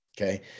Okay